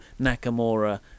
nakamura